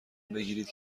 بگیرید